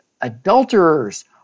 adulterers